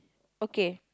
okay